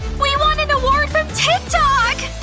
we won an award from tik tok!